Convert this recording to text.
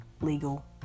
legal